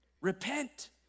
repent